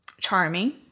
charming